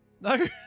No